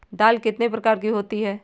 दाल कितने प्रकार की होती है?